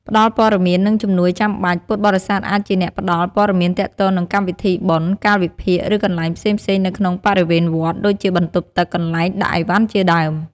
បើសិនជាភ្ញៀវមានតម្រូវការជំនួយផ្សេងៗ ពួកគាត់ក៏អាចជួយសម្របសម្រួលបានដែរ។